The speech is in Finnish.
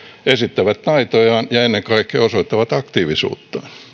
esittävät taitojaan ja ennen kaikkea osoittavat aktiivisuuttaan